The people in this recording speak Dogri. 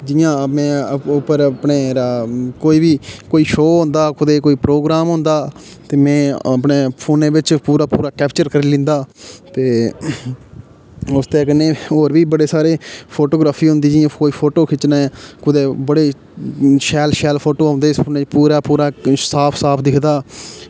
जि'यां में अपने उप्पर कोई बी कोई शो होंदा कि कोई प्रोग्राम होंदा ते में अपने फोनै बिच पूरा पूरा कैप्चर करी लैंदा ते उस दे कन्नै होर बी बड़े सारे फोटोग्रॉफी होंदी जि'यां कुदै फोटो खिच्चने बड़े शैल शैल फोटो औंदे इस फोनै ई पूरा पूरा साफ साफ दिखदा